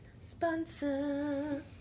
sponsor